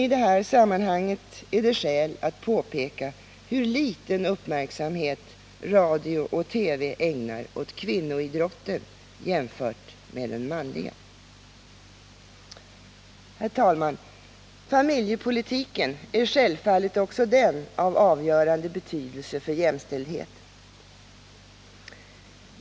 I det här sammanhanget är det skäl att påpeka hur liten uppmärksamhet radio och TV ägnar åt kvinnoidrotten jämfört med den manliga. Herr talman! Familjepolitiken är självfallet också den av avgörande betydelse för jämställdhet.